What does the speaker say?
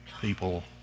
people